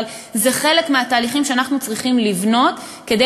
אבל זה חלק מהתהליכים שאנחנו צריכים לבנות כדי